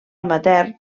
amateur